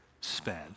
spend